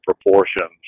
proportions